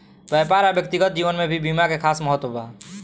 व्यापार आ व्यक्तिगत जीवन में भी बीमा के खास महत्व बा